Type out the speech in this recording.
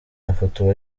yafotowe